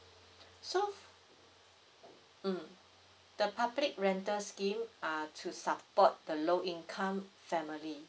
so mm the public rental scheme uh to support the low income family